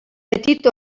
petit